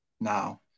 now